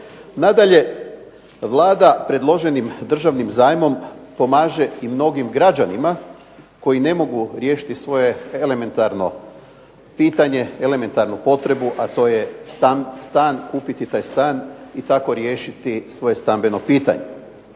Nadalje, Vlada predloženim državnim zajmom pomaže i mnogim građanima koji ne mogu riješiti svoje elementarno pitanje, elementarnu potrebu, a to je kupiti stan i tako riješiti svoje stambeno pitanje.